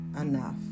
enough